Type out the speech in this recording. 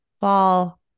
fall